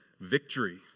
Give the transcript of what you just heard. victory